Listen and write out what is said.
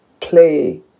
play